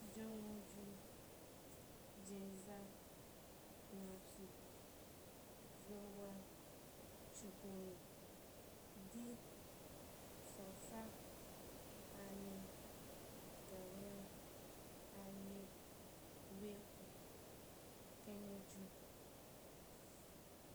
Jonwuju, jenza, natswi, zohwa, chukoue, di, sonfa, ane, gannwin, aye, weku, khenuju